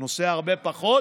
הוא נוסע הרבה פחות,